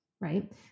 right